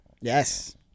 Yes